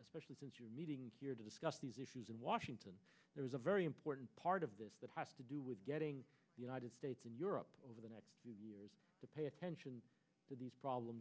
especially since you're meeting here to discuss these issues in washington there is a very important part of this that has to do with getting the united states and europe over the next years to pay attention to these problems